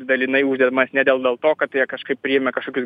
dalinai uždedamas ne dėl dėl to kad jie kažkaip priėmė kažkokius